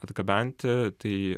atgabenti tai